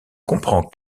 comprend